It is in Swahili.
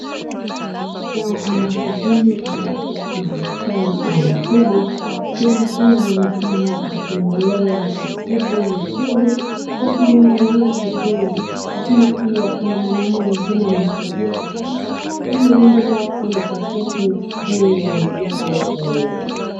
Eneo ama sehemu ambapo, kuna daktari wa mifugo, sehemu hii anaonekana akiendelea kutibu mifugo, kwa kuingalia vizuri, lakini pia kuna mwanaume mwingine anaye msaidia kushika, ili aendelee kufanya utafiti juu ya mifugo hiyo.